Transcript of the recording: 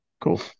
Cool